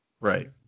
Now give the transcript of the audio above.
Right